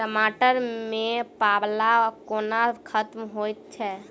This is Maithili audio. टमाटर मे पाला कोना खत्म होइ छै?